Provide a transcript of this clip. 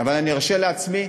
אבל אני ארשה לעצמי,